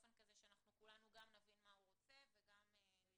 באופן כזה שאנחנו כולנו גם נבין מה הוא רוצה וגם --- ויכול